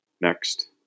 Next